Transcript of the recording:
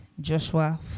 Joshua